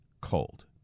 cold